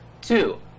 Two